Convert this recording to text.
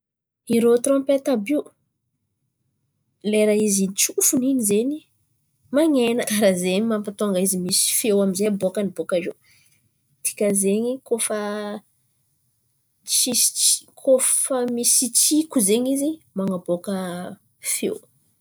Irô trompety àby io, lera izy tsofin̈y zen̈y man̈ena karà zen̈y mampatônga izy misy feo amin'zay abôkan̈y bôkà eo. Dikan'zen̈y koa fà tsisy kôa fa misy tsiko zen̈y izy man̈abôka feo.